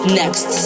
next